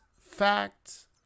facts